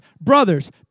brothers